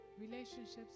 relationships